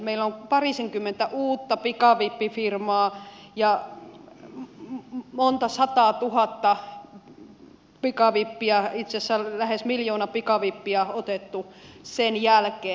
meillä on parisenkymmentä uutta pikavippifirmaa ja monta sataatuhatta pikavippiä itse asiassa lähes miljoona pikavippiä otettu sen jälkeen